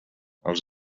els